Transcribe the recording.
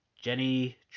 Jenny